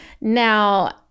Now